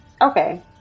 Okay